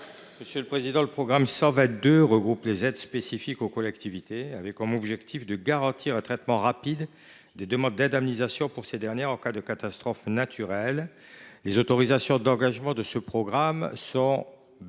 M. Guy Benarroche. Le programme 122 regroupe les aides spécifiques aux collectivités, avec comme objectif de garantir un traitement rapide des demandes d’indemnisation de ces dernières en cas de catastrophe naturelle. Les autorisations d’engagement de ce programme sont aujourd’hui